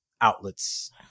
outlets